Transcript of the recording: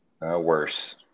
Worse